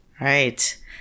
Right